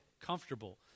comfortable